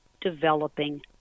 developing